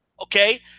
Okay